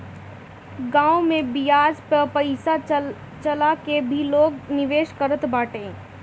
गांव में बियाज पअ पईसा चला के भी लोग निवेश करत बाटे